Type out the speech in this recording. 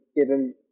given